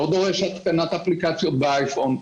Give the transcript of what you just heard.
אפילו לא דורש התקנת אפליקציה באייפון.